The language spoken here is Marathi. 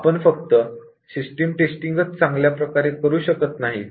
आपण फक्त सिस्टम टेस्टिंग च चांगल्या प्रकारे करू शकत नाही का